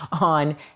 on